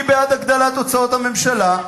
היא בעד הגדלת הוצאות הממשלה,